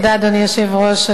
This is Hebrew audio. אדוני היושב-ראש,